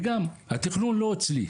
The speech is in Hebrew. וגם התכנון לא אצלי,